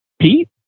Pete